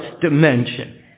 dimension